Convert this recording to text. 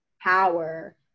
power